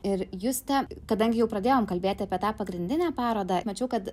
ir juste kadangi jau pradėjom kalbėti apie tą pagrindinę parodą mačiau kad